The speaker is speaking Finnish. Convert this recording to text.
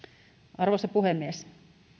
arvoisa puhemies